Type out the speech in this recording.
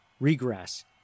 regress